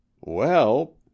Well